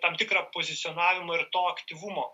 tam tikrą pozicionavimą ir to aktyvumo